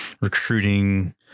recruiting